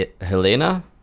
Helena